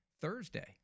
Thursday